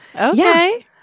Okay